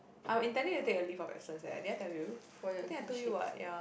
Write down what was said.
I was intending to take a leave of absence eh did I told you I think I told you what ya